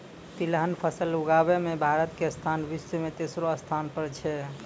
तिलहन फसल उगाबै मॅ भारत के स्थान विश्व मॅ तेसरो स्थान पर छै